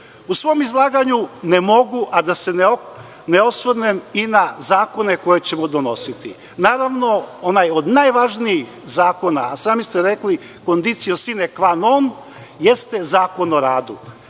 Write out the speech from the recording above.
svom izlaganju ne mogu, a da se ne osvrnem i na zakone koje ćemo donositi. Naravno, onaj od najvažnijih zakona, a sami ste rekli „kondicija sine kva non“ jeste Zakon o radu,